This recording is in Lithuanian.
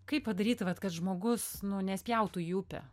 kaip padaryt vat kad žmogus nu nespjautų į upę